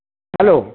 hello